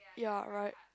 ya right